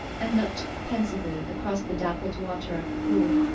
and looked pensively across the dappled water of the pool.